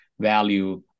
value